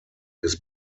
his